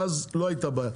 ואז לא הייתה בעיה.